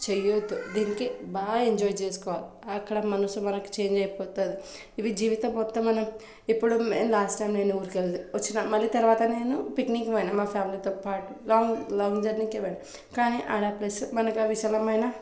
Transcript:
చేయొద్దు దీనికి బాగా ఎంజాయ్ చేసుకోవాలి అక్కడ మనసు మనకి చేంజ్ అయిపోతుంది ఇవి జీవితం మొత్తం మనం ఇప్పుడు నేను లాస్ట్ టైం నేను ఊరికి కె వచ్చిన మళ్ళీ తర్వాత నేను పిక్నిక్ పోయిన మా ఫ్యామిలీతో పాటు లాంగ్ లాంగ్ జర్నీకే పోయినా కానీ అక్కడ ప్లస్ మనకా విశాలమైన